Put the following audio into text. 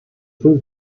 twin